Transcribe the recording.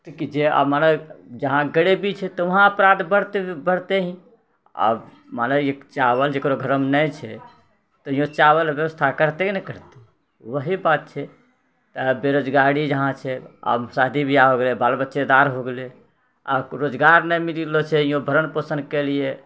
तऽ जे आब मने जहाँ गरीबी छै तऽ वहाँ अपराध बढ़ते बढ़ते ही अब मने चावल जेकरा घरोमे नहि छै तऽ ओ चावलके व्यवस्था करते कि नही करते वहि बात छै तऽ बेरोजगारी जहाँ छै आब शादी विवाह भेले बाल बच्चेदार हो गेलै आ रोजगार नहि मिलि रहलो छै यों भरण पोषण के लिये